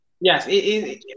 Yes